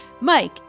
Mike